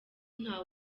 nta